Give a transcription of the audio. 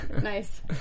Nice